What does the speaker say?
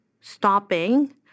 stopping